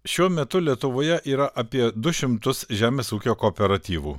šiuo metu lietuvoje yra apie du šimtus žemės ūkio kooperatyvų